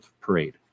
parade